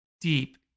deep